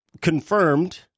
confirmed